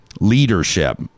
leadership